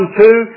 two